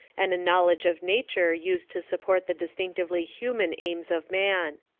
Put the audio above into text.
and a knowledge of nature used to support the distinctively human aims of man.